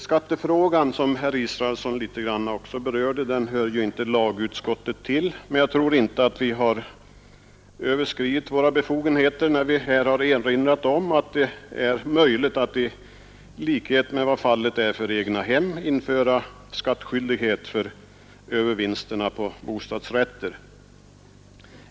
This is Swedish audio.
Skattefrågan, som herr Israelsson också något berörde, hör ju inte lagutskottet till, men jag tror inte att vi har överskridit våra befogenheter när vi erinrat om att det är möjligt att i likhet med vad fallet är för egnahem införa skattskyldighet för övervinsterna på bostadsrätter.